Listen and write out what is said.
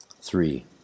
Three